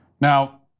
Now